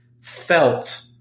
felt